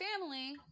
family